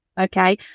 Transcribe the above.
Okay